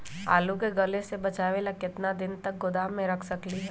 आलू के गले से बचाबे ला कितना दिन तक गोदाम में रख सकली ह?